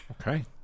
Okay